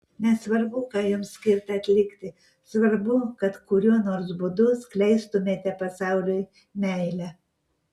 nesvarbu ką jums skirta atlikti svarbu kad kuriuo nors būdu skleistumėte pasauliui meilę